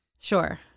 Sure